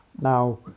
Now